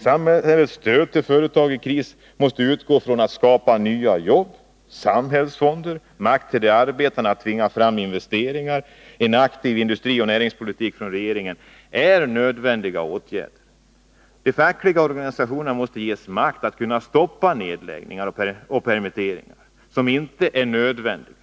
Samhällets stöd till företag i kris måste utgå från att man skall skapa nya jobb. Att införa samhällsfonder, makt till de arbetande att tvinga fram investeringar, är nödvändigt liksom att regeringen för en aktiv industrioch näringspolitik. De fackliga organisationerna måste ges makt att stoppa nedläggningar och permitteringar som inte är nödvändiga.